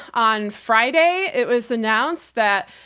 on friday, it was announced that,